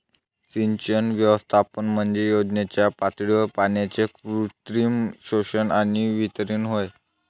सिंचन व्यवस्थापन म्हणजे योजनेच्या पातळीवर पाण्याचे कृत्रिम शोषण आणि वितरण होय